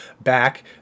back